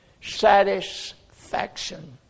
Satisfaction